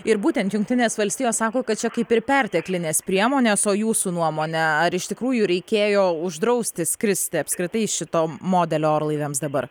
ir būtent jungtinės valstijos sako kad čia kaip ir perteklinės priemonės o jūsų nuomone ar iš tikrųjų reikėjo uždrausti skristi apskritai šito modelio orlaiviams dabar